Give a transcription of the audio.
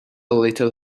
little